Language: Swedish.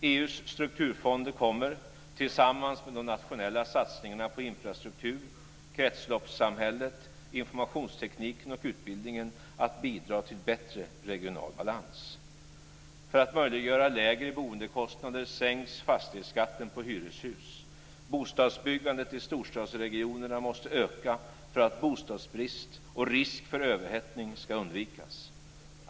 EU:s strukturfonder kommer - tillsammans med de nationella satsningarna på infrastrukturen, kretsloppssamhället, informationstekniken och utbildningen - att bidra till bättre regional balans. För att möjliggöra lägre boendekostnader sänks fastighetsskatten på hyreshus. Bostadsbyggandet i storstadsregionerna måste öka för att bostadsbrist och risk för överhettning ska undvikas.